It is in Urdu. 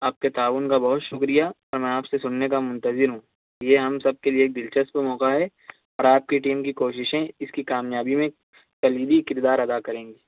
آپ کے تعاون کا بہت شُکریہ اور میں آپ سے سُننے کا مُنتظر ہوں یہ ہم سب کے لیے ایک دلچسپ موقع ہے اور آپ کی ٹیم کی کوششیں اِس کی کامیابی میں کلیدی کردار ادا کریں گی